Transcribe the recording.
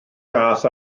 gath